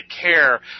care